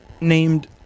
named